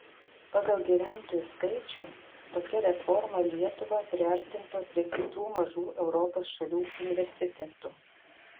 pagal gyventojų skaičių tokia reforma lietuvą priartintų prie kitų mažų europos šalių universitetų